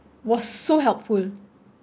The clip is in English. was so helpful